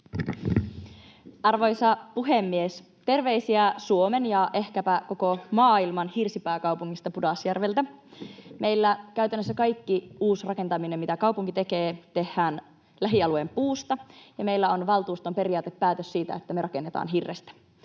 Arvoisa puhemies! Terveisiä Suomen ja ehkäpä koko maailman hirsipääkaupungista Pudasjärveltä. Meillä käytännössä kaikki uusrakentaminen, mitä kaupunki tekee, tehdään lähialueen puusta. Meillä on valtuuston periaatepäätös siitä, että me rakennetaan hirrestä.